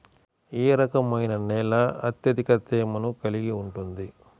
ఏ రకమైన నేల అత్యధిక తేమను కలిగి ఉంటుంది?